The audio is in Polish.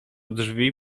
drzwi